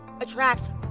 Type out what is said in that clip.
attracts